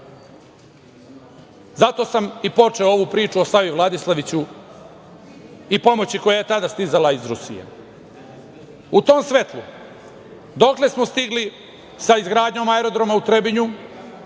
Zato sam i počeo ovu priču o Savi Vladislaviću i pomoći koja je tada stizala iz Rusije.U tom svetlu, dokle smo stigli sa izgradnjom aerodroma u Trebinju?